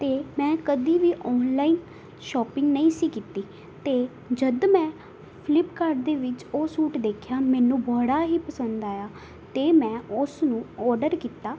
ਅਤੇ ਮੈਂ ਕਦੀ ਵੀ ਔਨਲਾਈਨ ਸ਼ੋਪਿੰਗ ਨਹੀਂ ਸੀ ਕੀਤੀ ਅਤੇ ਜਦੋਂ ਮੈਂ ਫਲਿੱਪਕਾਰਟ ਦੇ ਵਿੱਚ ਉਹ ਸੂਟ ਦੇਖਿਆ ਮੈਨੂੰ ਬੜਾ ਹੀ ਪਸੰਦ ਆਇਆ ਅਤੇ ਮੈਂ ਉਸ ਨੂੰ ਔਡਰ ਕੀਤਾ